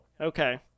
Okay